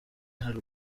hari